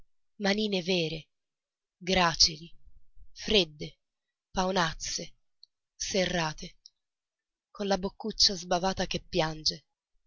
manine vere gracili fredde paonazze serrate e la boccuccia sbavata che piange